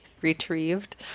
retrieved